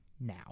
now